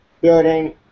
building